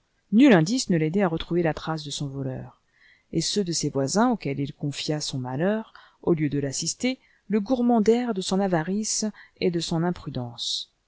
nul indice ne l'aidait à retrouver la trace de son voleur et ceux de ses voisins auxquels il confia son malheur au lieu de l'assister le gourmandèrent de son avarice et de son imprudence